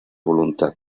voluntad